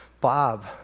Bob